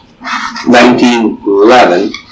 1911